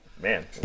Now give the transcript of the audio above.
Man